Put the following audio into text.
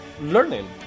learning